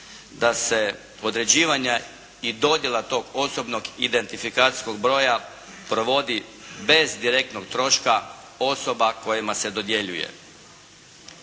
da se određivanja i dodjela tog osobnog identifikacijskog broja provodi bez direktnog troška osoba kojima se dodjeljuje.